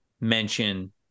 mention